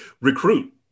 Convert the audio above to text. recruit